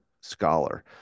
scholar